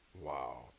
Wow